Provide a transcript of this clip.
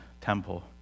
temple